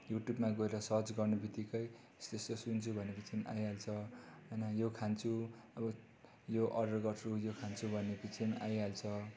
युट्युबमा गएर सर्च गर्ने बित्तिकै यस्तो यस्तो सुन्छु भनेपछि पनि आइहाल्छ होइन यो खान्छु अब यो अर्डर गर्छु यो खान्छु भन्ने पिछे पनि आइहाल्छ